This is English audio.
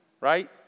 right